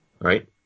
Right